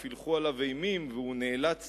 הילך עליו אימים והוא נאלץ